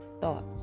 thought